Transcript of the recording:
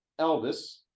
elvis